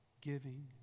giving